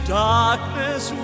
darkness